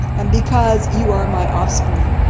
and because you are my offspring.